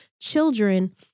children